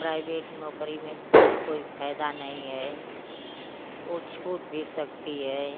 private नौकरी में कोई फायदा नहीं है वो छूट भी सकती है